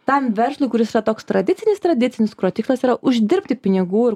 tam verslui kuris yra toks tradicinis tradicinis kurio tikslas yra uždirbti pinigų ir